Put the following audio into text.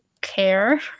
care